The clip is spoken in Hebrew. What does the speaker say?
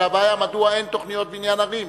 אלא הבעיה היא מדוע אין תוכניות בניין ערים.